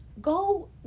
go